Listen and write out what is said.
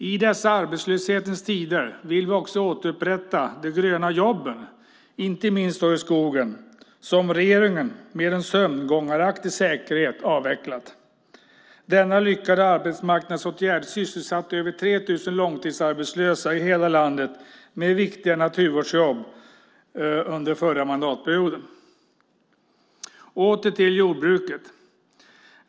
I dessa arbetslöshetens tider vill vi också återupprätta de gröna jobben - och då inte minst i skogen - som regeringen med en sömngångaraktig säkerhet avvecklat. Denna lyckade arbetsmarknadsåtgärd sysselsatte över 3 000 långtidsarbetslösa i hela landet med viktiga naturvårdsjobb under förra mandatperioden. Åter till jordbruket.